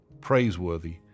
praiseworthy